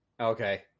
Okay